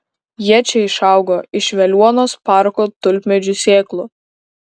jie čia išaugo iš veliuonos parko tulpmedžių sėklų